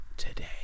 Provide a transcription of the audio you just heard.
today